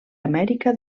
amèrica